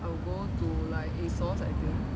I will go to like ASOS I think